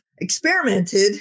experimented